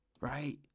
right